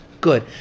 Good